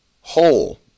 whole